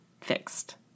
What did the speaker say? fixed